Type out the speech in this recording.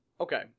Okay